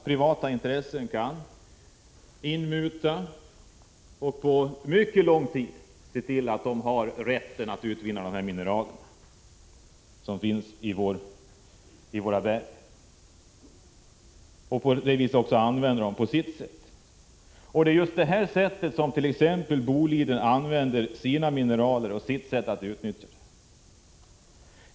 Privata intressen kan nu inmuta fyndigheterna och se till att de under mycket lång tid framöver har rätten att utvinna mineralerna. Det är just på det sättet Boliden nu utnyttjar sin rätt.